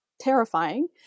terrifying